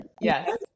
Yes